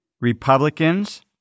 Republicans